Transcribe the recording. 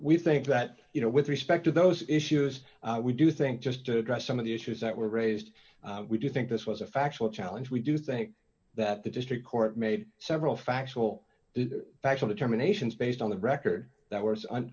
we think that you know with respect to those issues we do think just to address some of the issues that were raised we do think this was a factual challenge we do think that the district court made several factual the actual determinations based on the record that w